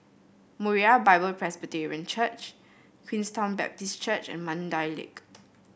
Moriah Bible Presby Church Queenstown Baptist Church and Mandai Lake